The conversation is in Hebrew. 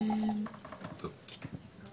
צהרים טובים.